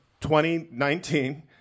2019